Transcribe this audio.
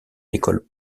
l’école